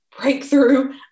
breakthrough